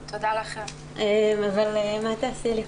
אבל 'מה תעשי לי,